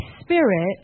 spirit